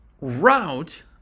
Route